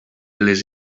les